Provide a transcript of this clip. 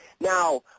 Now